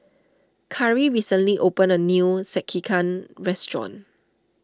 Karri recently opened a new Sekihan restaurant